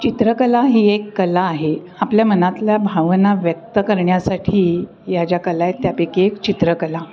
चित्रकला ही एक कला आहे आपल्या मनातल्या भावना व्यक्त करण्यासाठी या ज्या कला आहेत त्यापैकी एक चित्रकला